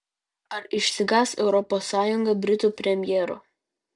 ar išsigąs europos sąjunga britų premjero